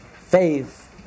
faith